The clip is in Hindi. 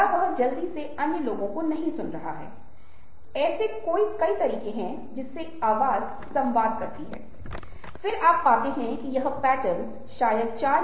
ये कुछ चीजें हैं जिनका अध्ययन हम एक साथ करेंगे जैसा कि मैंने पहले कहा था